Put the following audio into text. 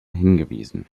hingewiesen